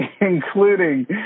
including